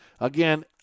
again